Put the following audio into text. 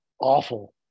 awful